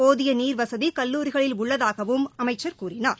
போதிய நீர் வசதி கல்லூரிகளில் உள்ளதாகவும் அவர் கூறினார்